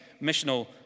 missional